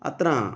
अत्र